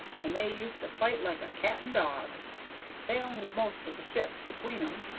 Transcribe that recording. and they used to fight like a cat and dog they owned most of the ship between em.